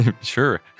Sure